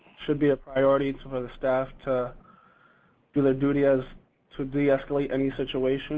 should be a priority for the staff to do their duty as to de-escalate any situation